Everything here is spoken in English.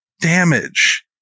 damage